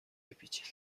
بپیچید